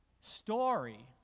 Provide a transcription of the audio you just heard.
story